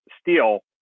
steel